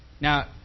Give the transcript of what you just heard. Now